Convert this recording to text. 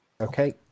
okay